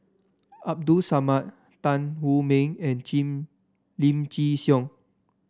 Abdul Samad Tan Wu Meng and Chin Lim Chin Siong